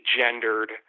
gendered